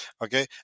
Okay